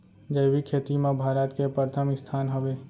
जैविक खेती मा भारत के परथम स्थान हवे